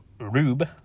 rube